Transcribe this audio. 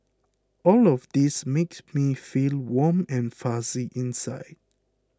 all of these makes me feel warm and fuzzy inside